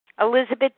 Elizabeth